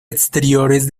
exteriores